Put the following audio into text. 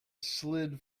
slid